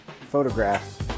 photographs